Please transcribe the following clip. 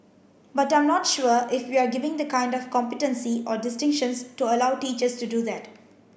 but I'm not sure if we're giving the kind of competency or distinctions to allow teachers to do that